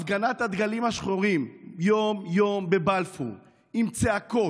הפגנת הדגלים השחורים יום-יום בבלפור, עם צעקות,